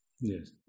Yes